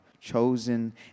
chosen